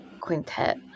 Quintet